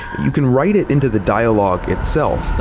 you can write it into the dialogue itself,